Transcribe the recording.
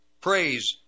praise